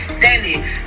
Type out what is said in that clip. Daily